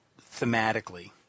thematically